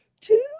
Two